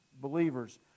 believers